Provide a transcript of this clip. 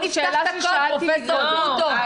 בוא נפתח את הכול, פרופ' גרוטו.